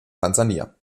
tansania